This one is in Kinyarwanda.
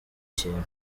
kintu